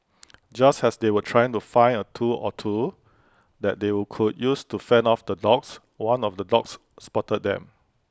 just as they were trying to find A tool or two that they could use to fend off the dogs one of the dogs spotted them